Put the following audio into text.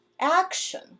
action